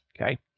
okay